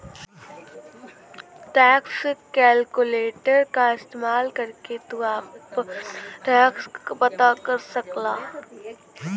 tax calculator क इस्तेमाल करके तू आपन टैक्स पता कर सकला